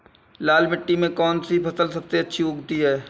लाल मिट्टी में कौन सी फसल सबसे अच्छी उगती है?